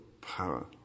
power